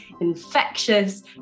infectious